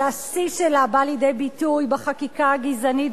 שהשיא שלה בא לידי ביטוי בחקיקה הגזענית